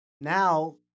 now